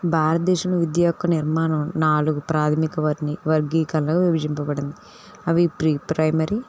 భారతదేశంలో విద్యా హక్కు నిర్మాణం నాలుగు ప్రాధమిక వర్నీ వర్గీకరణగా విభజించబడింది అవి ప్రీ ప్రైమరీ